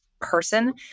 person